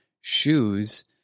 shoes